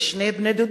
יש שני בני-דודים,